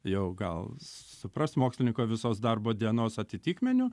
jau gal supras mokslininko visos darbo dienos atitikmeniu